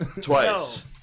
Twice